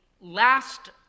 last